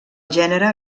gènere